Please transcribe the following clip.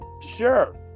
sure